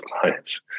clients